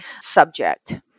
subject